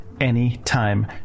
anytime